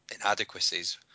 inadequacies